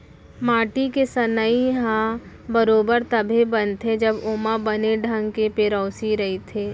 माटी के सनई ह बरोबर तभे बनथे जब ओमा बने ढंग के पेरौसी रइथे